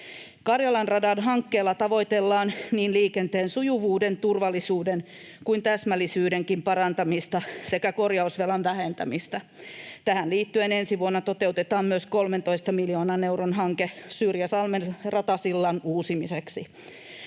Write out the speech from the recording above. Karjalan radan hankkeella tavoitellaan niin liikenteen sujuvuuden, turvallisuuden kuin täsmällisyydenkin parantamista sekä korjausvelan vähentämistä. Tähän liittyen ensi vuonna toteutetaan myös 13 miljoonan euron hanke Syrjäsalmen ratasillan uusimiseksi.